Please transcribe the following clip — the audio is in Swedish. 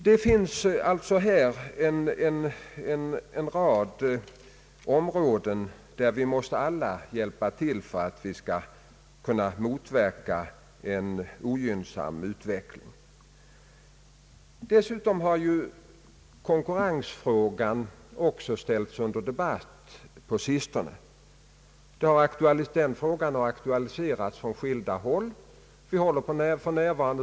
Det finns alltså en rad områden, där vi alla måste hjälpa till för att motverka en ogynnsam utveckling. På sistone har även konkurrensfrågan ställts under debatt. Den frågan har aktualiserats från skilda håll.